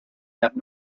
have